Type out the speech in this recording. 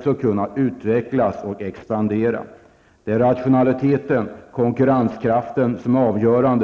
skall kunna överleva och expandera. Det är alltså rationaliteten och konkurrenskraften som är avgörande.